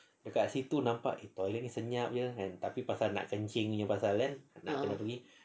dekat situ nampak eh toilet ni senyap jer kan tapi pasal nak kencingnya pasal kan nak kena pergi